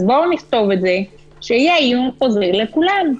אז, בואו נכתוב את זה שיהיה עיון חוזר לכולם.